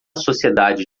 sociedade